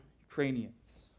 Ukrainians